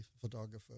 photographer